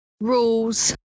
rules